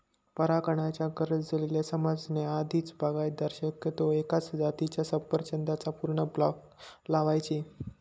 परागकणाच्या गरजेला समजण्या आधीच, बागायतदार शक्यतो एकाच जातीच्या सफरचंदाचा पूर्ण ब्लॉक लावायचे